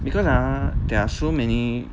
because ah there are so many